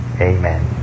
Amen